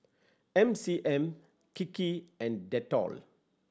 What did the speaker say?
M C M Kiki and Dettol